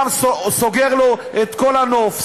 גם סוגר לו את כל הנוף,